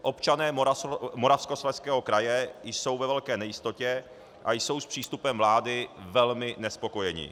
Občané Moravskoslezského kraje jsou ve velké nejistotě a jsou s přístupem vlády velmi nespokojeni.